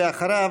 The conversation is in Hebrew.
ואחריו,